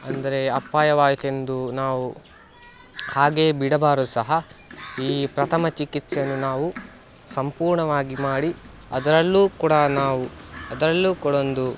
ಅಂದರೆ ಅಪಾಯವಾಯಿತೆಂದು ನಾವು ಹಾಗೆಯೇ ಬಿಡಬಾರದು ಸಹ ಈ ಪ್ರಥಮ ಚಿಕಿತ್ಸೆಯನ್ನು ನಾವು ಸಂಪೂರ್ಣವಾಗಿ ಮಾಡಿ ಅದರಲ್ಲೂ ಕೂಡ ನಾವು ಅದರಲ್ಲೂ ಕೂಡ ಒಂದು